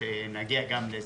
שנגיע גם לזה.